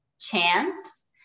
chance